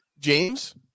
James